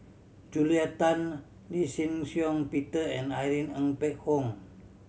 Julia Tan Lee Shih Shiong Peter and Irene Ng Phek Hoong